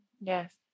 Yes